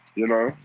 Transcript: you know,